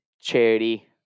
charity